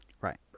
right